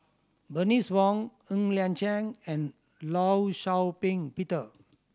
Bernice Wong Ng Liang Chiang and Law Shau Ping Peter